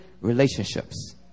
relationships